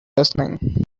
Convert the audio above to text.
listening